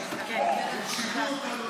אה, שקלת.